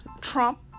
Trump